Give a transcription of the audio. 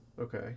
Okay